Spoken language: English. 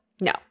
No